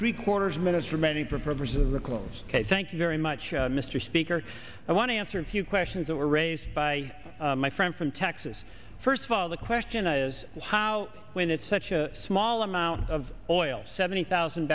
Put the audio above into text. three quarters minutes for many purposes a closed case thank you very much mr speaker i want to answer a few questions that were raised by my friend from texas first of all the question is how when it's such a small amount of oil seventy thousand